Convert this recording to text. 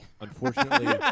Unfortunately